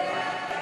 מי נגד ההסתייגות?